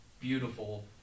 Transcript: beautiful